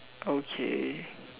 okay